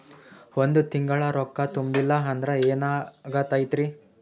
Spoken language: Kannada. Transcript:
ಒಂದ ತಿಂಗಳ ರೊಕ್ಕ ತುಂಬಿಲ್ಲ ಅಂದ್ರ ಎನಾಗತೈತ್ರಿ?